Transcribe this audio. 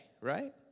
right